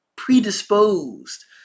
predisposed